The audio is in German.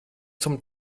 zum